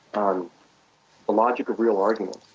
um the logic of real argument